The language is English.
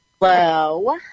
Hello